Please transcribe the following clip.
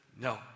no